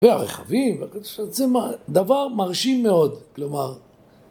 ‫והרכבים, זה דבר מרשים מאוד. ‫כלומר...